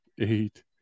eight